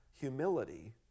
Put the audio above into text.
humility